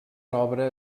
obra